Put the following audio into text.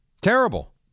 Terrible